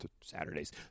saturdays